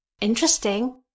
interesting